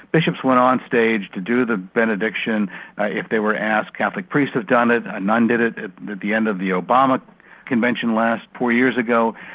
bishops went on stage to do the benediction if they were asked. catholic priests have done it a nun did it at the end of the obama convention last, four years ago.